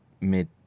mid